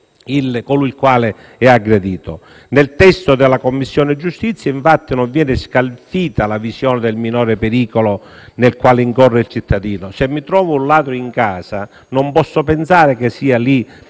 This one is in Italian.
Nel testo della Commissione giustizia, infatti, non viene scalfita la visione del minore pericolo nel quale incorre il cittadino. Se mi trovo un ladro in casa, non posso pensare che sia lì per